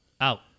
out